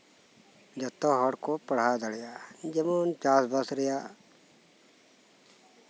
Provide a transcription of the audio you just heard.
ᱡᱚᱛᱚ ᱦᱚᱲᱠᱚ ᱯᱟᱲᱦᱟᱣ ᱫᱟᱲᱮᱭᱟᱜ ᱡᱮᱢᱚᱱ ᱪᱟᱥ ᱵᱟᱥ ᱨᱮᱭᱟᱜ